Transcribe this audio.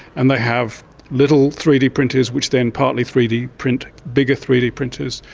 and they have little three d printers which then partly three d print bigger three d printers,